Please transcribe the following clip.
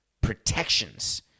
protections